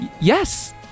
Yes